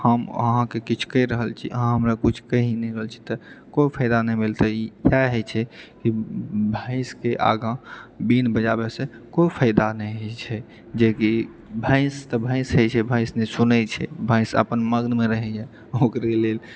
हम अहाँकेँ किछु कहि रहल छी अहाँ हमरा किछु कहि नहि रहल छी तऽ कोइ फायदा नहि भेल तऽ ई इएह होइ छै कि भैंसके आगाँ बीन बजाबएसँ कोइ फायदा नहि होइत छै जेकि भैंस तऽ भैंस होइत छै भैंस नहि सुनैत छै भैंस अपन मग्नमे रहैए ओकरे लेल